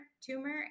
tumor